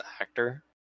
actor